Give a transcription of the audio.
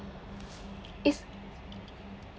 it's